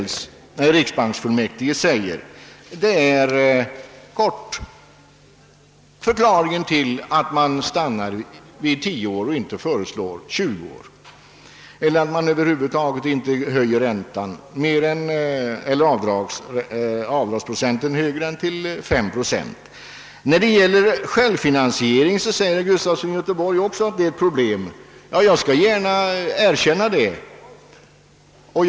Det är i korthet förklaringen till att man föreslagit 10 i stället för 20 år och till att man över huvud taget inte höjer avdragsprocenten till mer än 5 procent Beträffande självfinansieringen säger herr Gustafson i Göteborg att den är ett problem — och det erkänner jag gärna.